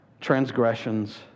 transgressions